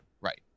Right